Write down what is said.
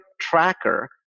tracker